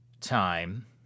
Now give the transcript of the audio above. time